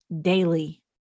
daily